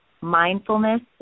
Mindfulness